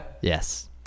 Yes